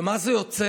ומה זה יוצר?